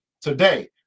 Today